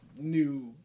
new